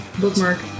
Bookmark